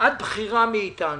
את בכירה מאתנו.